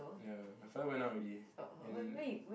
ya my father went out already then